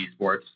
esports